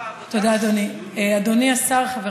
תודה רבה.